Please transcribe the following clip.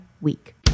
week